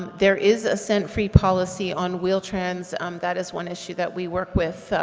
there is a scent-free policy on wheel-trans um that is one issue that we work with,